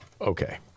Okay